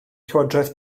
llywodraeth